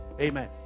Amen